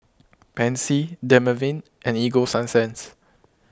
Pansy Dermaveen and Ego Sunsense